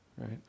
right